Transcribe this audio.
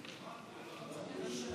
של חבר הכנסת